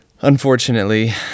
unfortunately